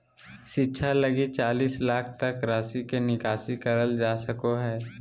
शिक्षा लगी चालीस लाख तक के राशि के निकासी करल जा सको हइ